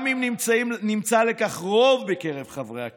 גם אם נמצא לכך רוב בקרב חברי הכנסת,